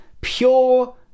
pure